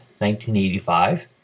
1985